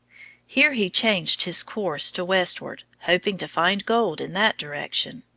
here he changed his course to westward, hoping to find gold in that direction.